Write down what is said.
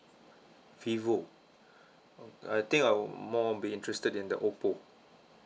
vivo I think I will more be interested in the oppo